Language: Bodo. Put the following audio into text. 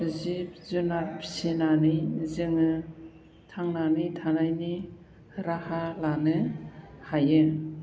जिब जुनार फिसिनानै जोङो थांनानै थानायनि राहा लानो हायो